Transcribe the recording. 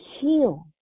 heal